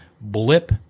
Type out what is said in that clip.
blip